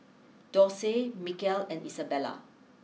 Dorsey Mikel and Isabela